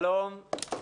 שלום,